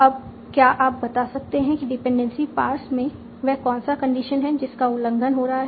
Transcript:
अब क्या आप बता सकते हैं कि डिपेंडेंसी पार्स में वह कौन सा कंडीशन है जिस का उल्लंघन हो रहा है